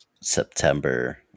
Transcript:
September